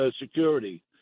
security